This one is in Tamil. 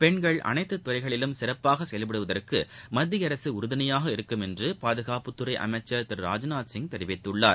பெண்கள் அனைத்துதுறையிலும் சிறப்பாகசெயல்படுவதற்குமத்தியஅரசுஉறுதுணையாக இருக்கும் என்றுபாதுகாப்புத்துறைஅமைச்சர் திரு ராஜ்நாத்சிங் தெரிவித்துள்ளார்